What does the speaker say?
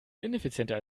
ineffizienter